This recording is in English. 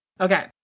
Okay